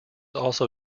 also